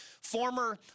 Former